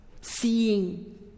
seeing